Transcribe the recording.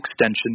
extension